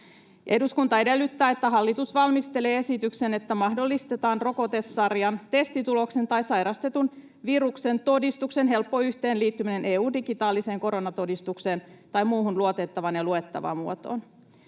Eduskunta edellyttää, että hallitus valmistelee esityksen, että mahdollistetaan rokotesarjan, testituloksen tai sairastetun viruksen todistuksen helppo yhteenliittäminen EU:n digitaaliseen koronatodistukseen tai muuhun luotettavaan ja luettavaan muotoon.